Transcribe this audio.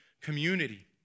community